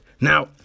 Now